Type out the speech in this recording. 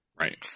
Right